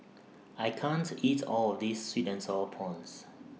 I can't eat All of This Sweet and Sour Prawns